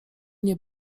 nie